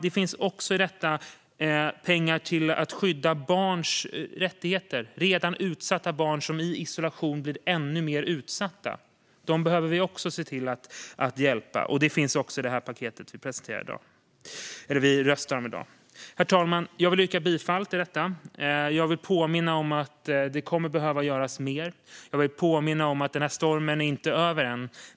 Det finns också i detta pengar till att skydda barns rättigheter. Det handlar om redan utsatta barn som i isolation blir ännu mer utsatta. Dessa barn behöver vi också se till att hjälpa, och det finns också med i det paket som vi ska rösta om i dag. Herr talman! Jag yrkar bifall till utskottets förslag. Jag vill påminna om att det kommer att behöva göras mer, och jag vill påminna om att denna storm inte är över än.